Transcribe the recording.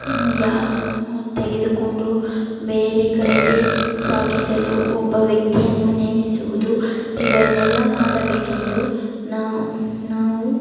ಯಾ ತೆಗೆದುಕೊಂಡು ಬೇರೆ ಕಡೆಗೆ ಸಾಗಿಸಲು ಒಬ್ಬ ವ್ಯಕ್ತಿಯನ್ನು ನೇಮಿಸುವುದು ಇವನ್ನೆಲ್ಲ ಮಾಡಬೇಕೆಂದು ನಾವು ನಾವು